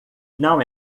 não